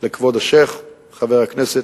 לכבוד השיח', חבר הכנסת,